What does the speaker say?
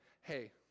hey